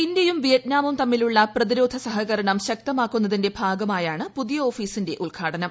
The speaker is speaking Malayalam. ഇന്ത്യയും വിയറ്റ്നാമും തമ്മിലുളള പ്രതിരോധ സഹകരണം ശക്തമാക്കുന്നതിന്റെ ഭാഗമായാണ് പുതിയ ഓഫീസിന്റെ ഉദ്ഘാടനം